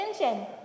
engine